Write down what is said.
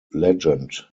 legend